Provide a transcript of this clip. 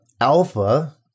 alpha